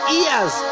ears